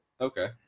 Okay